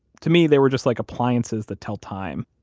to me, they were just like appliances that tell time.